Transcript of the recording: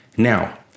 Now